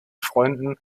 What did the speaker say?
freunde